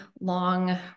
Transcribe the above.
long